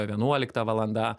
vienuolikta valanda